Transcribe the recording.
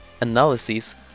analyses